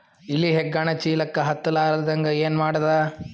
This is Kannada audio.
ಇಲಿ ಹೆಗ್ಗಣ ಚೀಲಕ್ಕ ಹತ್ತ ಲಾರದಂಗ ಏನ ಮಾಡದ?